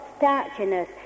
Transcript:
starchiness